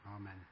Amen